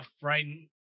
Frightened